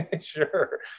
sure